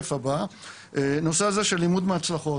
נושא הלימוד מהצלחות.